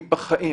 אני בחיים